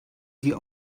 wie